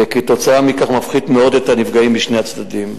וכתוצאה מכך מפחית מאוד את מספר הנפגעים בשני הצדדים.